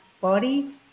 body